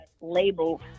label